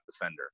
defender